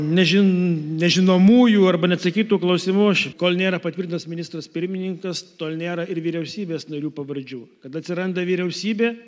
nežin nežinomųjų arba neatsakytų klausimų aš kol nėra patvirtintas ministras pirmininkas tol nėra ir vyriausybės narių pavardžių kada atsiranda vyriausybė